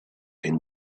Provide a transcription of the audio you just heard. been